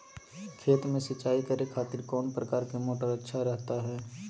खेत में सिंचाई करे खातिर कौन प्रकार के मोटर अच्छा रहता हय?